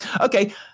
Okay